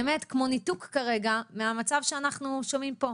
באמת, כמו ניתוק כרגע מהמצב שאנחנו שומעים פה.